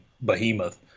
behemoth